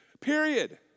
Period